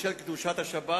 בשל קדושת השבת,